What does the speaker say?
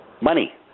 Money